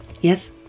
Yes